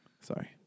Sorry